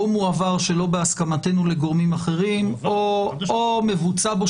או מועבר שלא בהסכמתנו לגורמים אחרים או מבוצע בו